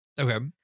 Okay